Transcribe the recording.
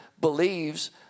believes